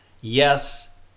yes